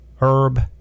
herb